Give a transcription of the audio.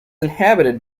inhabited